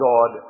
God